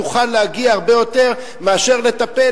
תוכל להגיע הרבה יותר מאשר כשאתה צריך לטפל